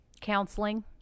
Counseling